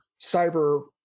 cyber